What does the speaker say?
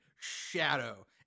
shadow